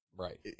Right